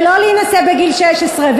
ולא להינשא בגיל 16,